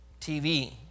TV